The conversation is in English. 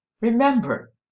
Remember